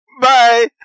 Bye